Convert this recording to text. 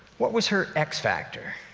what was her x factor?